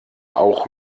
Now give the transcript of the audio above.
auch